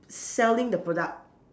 selling the product